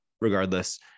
regardless